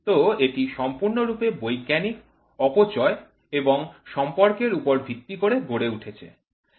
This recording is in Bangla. তো এটি সম্পূর্ণরূপে বৈজ্ঞানিক অপচয় এবং সম্পর্কের উপর ভিত্তি করে গড়ে উঠেছে